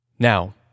Now